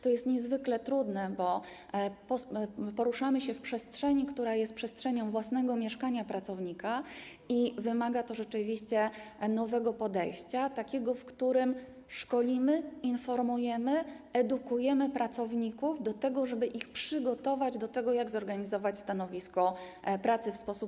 To jest niezwykle trudne, bo poruszamy się w przestrzeni, która jest przestrzenią własnego mieszkania pracownika, i wymaga to rzeczywiście nowego podejścia, takiego, w ramach którego szkolimy, informujemy, edukujemy pracowników tak, żeby ich przygotować do tego, jak zorganizować stanowisko pracy w sposób